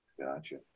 Gotcha